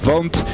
Want